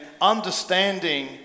understanding